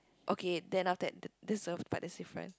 okay then after that the this the part that's different